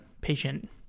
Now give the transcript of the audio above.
patient